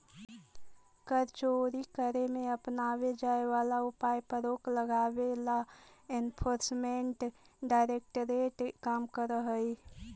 कर चोरी करे में अपनावे जाए वाला उपाय पर रोक लगावे ला एनफोर्समेंट डायरेक्टरेट काम करऽ हई